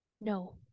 no